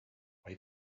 way